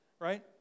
right